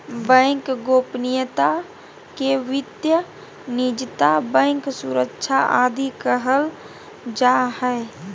bank गोपनीयता के वित्तीय निजता, बैंक सुरक्षा आदि कहल जा हइ